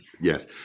Yes